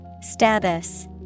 Status